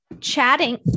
chatting